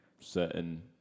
certain